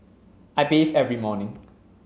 I bathe every morning